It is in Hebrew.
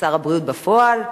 שר הבריאות בפועל.